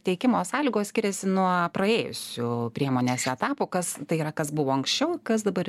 teikimo sąlygos skiriasi nuo praėjusių priemonės etapų kas tai yra kas buvo anksčiau kas dabar